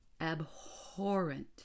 abhorrent